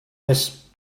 this